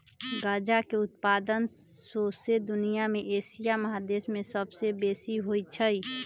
गजा के उत्पादन शौसे दुनिया में एशिया महादेश में सबसे बेशी होइ छइ